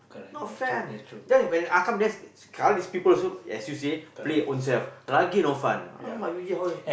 not fan then when I come there's sekali these people also excuse me play ownself lagi no fun !alamak! imagine how